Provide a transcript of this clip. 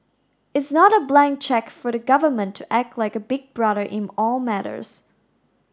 it's not a blank cheque for the government to act like a big brother in all matters